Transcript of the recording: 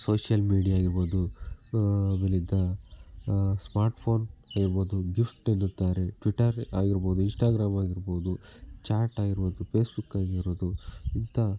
social media ಇರ್ಬೋದು ಆಮೇಲಿಂದ smart phone ಇರ್ಬೋದು ಗಿಫ್ಟ್ ಎನ್ನುತ್ತಾರೆ ಟ್ವಿಟರ್ ಆಗಿರ್ಬೋದು ಇನ್ಸ್ಟಾಗ್ರಾಮ್ ಆಗಿರ್ಬೋದು ಚಾಟ್ ಆಗಿರ್ಬೋದು ಫೇಸ್ಬುಕ್ ಆಗಿರೋದು ಇಂಥ